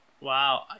Wow